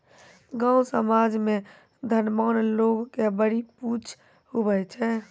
गाँव समाज मे धनवान लोग के बड़ी पुछ हुवै छै